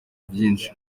vyinshi